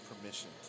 permission